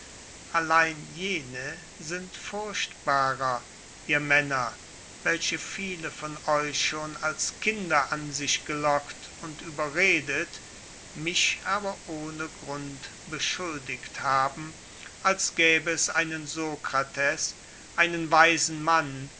allein jene sind furchtbarer ihr männer welche viele von euch schon als kinder an sich gelockt und überredet mich aber ohne grund beschuldigt haben als gäbe es einen sokrates einen weisen mann